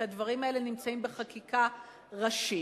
כי הדברים האלה נמצאים בחקיקה ראשית.